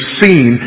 seen